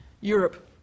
Europe